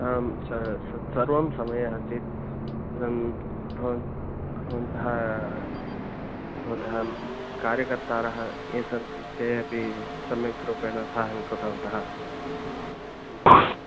आम् स सत्यं सर्वं समयः आसीत् भवन् भवन्तः भवतां कार्यकर्तारः ये सन्ति ते अपि सम्यक् रूपेण सहायं कृतवन्तः